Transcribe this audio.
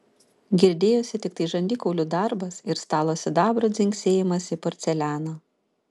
girdėjosi tiktai žandikaulių darbas ir stalo sidabro dzingsėjimas į porcelianą